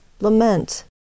lament